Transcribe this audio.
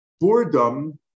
boredom